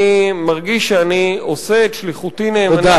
אני מרגיש שאני עושה את שליחותי נאמנה